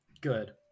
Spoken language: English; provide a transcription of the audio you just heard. good